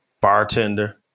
Bartender